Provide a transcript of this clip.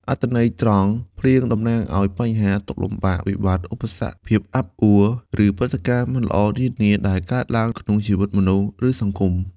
អត្ថន័យត្រង់ ភ្លៀងតំណាងឲ្យ បញ្ហា ទុក្ខលំបាក វិបត្តិ ឧបសគ្គ ភាពអាប់អួរ ឬព្រឹត្តិការណ៍មិនល្អនានាដែលកើតឡើងក្នុងជីវិតមនុស្ស ឬសង្គម។